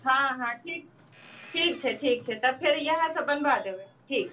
हाँ हाँ ठीक छै ठीक छै तऽफेर याह सभ बनबा देबै ठीक